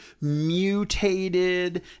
mutated